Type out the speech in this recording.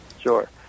sure